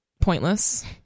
pointless